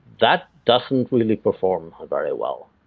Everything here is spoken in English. that doesn't really perform very well.